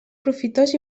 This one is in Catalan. profitós